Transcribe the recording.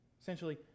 essentially